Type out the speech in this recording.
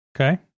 okay